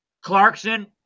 Clarkson